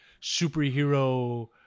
superhero